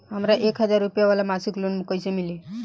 हमरा एक हज़ार रुपया वाला मासिक लोन कईसे मिली?